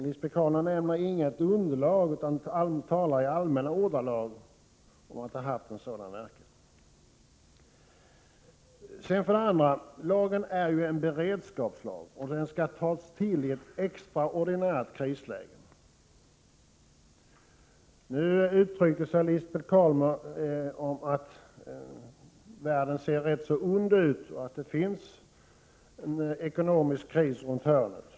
Lisbet Calner nämner inget om något underlag utan talar i allmänna ordalag om att det har haft en sådan inverkan. För det andra: Lagen är ju en beredskapslag, och den skall tas till i ett extraordinärt krisläge. Lisbet Calner sade att världen i dag ser rätt ond ut och att det väntar en ekonomisk kris om hörnet.